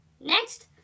next